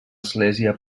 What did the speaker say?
església